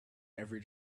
every